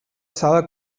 sala